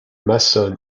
mason